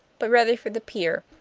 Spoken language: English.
but rather for the pier,